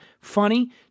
Funny